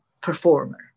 performer